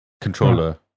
controller